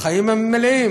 החיים הם מלאים.